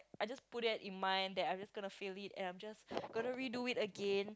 I just put that in mind that I'm just gonna fail it and I'm just gonna redo it again